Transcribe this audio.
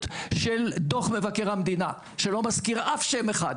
של דוח מבקר המדינה לא מזכיר אף שם אחד,